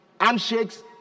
handshakes